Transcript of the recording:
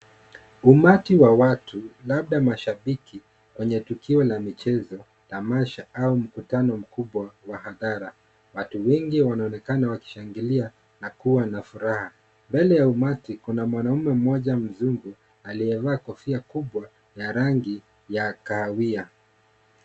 Umati wa watu labda mashabiki kwenye tukio la michezo , tamasha au mkutano mkubwa wakata. Watu wengi wanaonekana wakishangilia na kuwa na furaha mbele ya umati kuna mwanaume mmoja mzuri aliyevaa kofia kubwa la rangi ya kahawia.